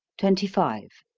twenty five.